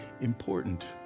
important